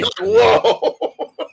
Whoa